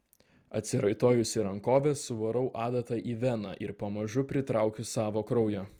atsiraitojusi rankovę suvarau adatą į veną ir pamažu pritraukiu savo kraujo